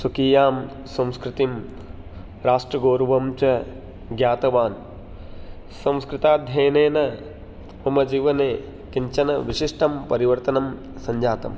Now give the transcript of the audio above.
स्वकीयां संस्कृतिं राष्ट्रगौरवं च ज्ञातवान् संस्कृताध्ययनेन मम जीवने किञ्चन विशिष्टं परिवर्तनं सञ्जातं